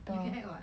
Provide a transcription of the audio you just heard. you can act [what]